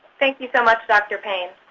thank you so much, dr. paine.